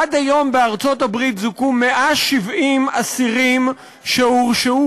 עד היום זוכו בארצות-הברית 170 אסירים שהורשעו